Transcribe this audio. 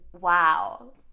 wow